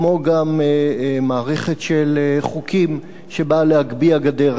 כמו גם מערכת של חוקים שבאה להגביה גדר,